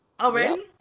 Already